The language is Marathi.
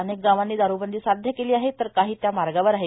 अनेक गावांनी दारूबंदी सध्य केली आहे तर काही या मार्गावर आहेत